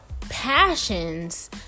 passions